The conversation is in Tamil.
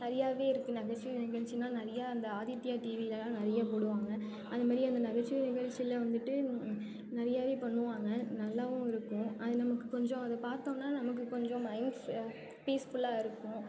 நிறையாவே இருக்குது நகைச்சுவை நிகழ்ச்சின்னா நிறையா அந்த ஆதித்யா டிவியில் தான் நிறைய போடுவாங்கள் அது மாரி அந்த நகைச்சுவை நிகழ்ச்சியில வந்துட்டு நிறையாவே பண்ணுவாங்கள் நல்லாவும் இருக்கும் அது நமக்கு கொஞ்சம் அதை பார்த்தோன்னா நமக்கு கொஞ்சம் மைண்ட் பீஸ்ஃபுல்லாக இருக்கும்